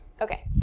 Okay